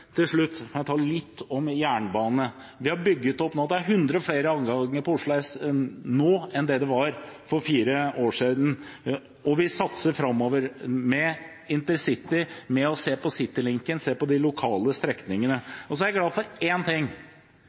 Til slutt litt om jernbane: Det er 100 flere avganger fra Oslo S nå enn det var for fire år siden, og vi satser framover med intercity, ved å se på «city-linken» og de lokale strekningene. Jeg er glad for én ting: